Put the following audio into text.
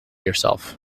yourself